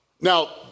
Now